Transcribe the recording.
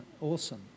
Awesome